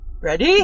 Ready